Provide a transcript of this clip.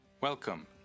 Welcome